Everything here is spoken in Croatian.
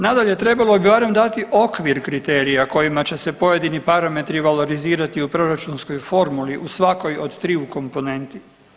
Nadalje, trebalo je barem dati okvir kriterija kojima će se pojedini parametri valorizirati u proračunskoj formuli u svakoj od triju komponenti.